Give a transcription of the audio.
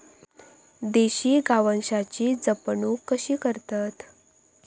देशी गोवंशाची जपणूक कशी करतत?